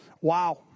Wow